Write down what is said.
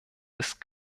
ist